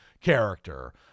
character